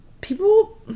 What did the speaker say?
people